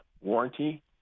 warranty